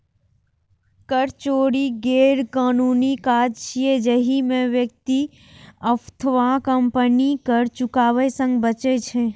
कर चोरी गैरकानूनी काज छियै, जाहि मे व्यक्ति अथवा कंपनी कर चुकाबै सं बचै छै